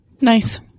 Nice